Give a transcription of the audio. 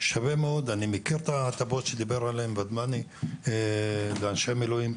אני מכיר את הבעיות שדיבר עליהן ודמני ואנשי המילואים.